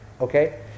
Okay